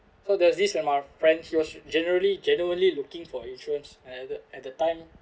so there was this when my friend he was generally generally looking for insurance at the at the time